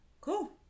Cool